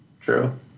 True